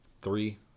three